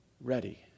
ready